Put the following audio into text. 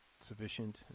sufficient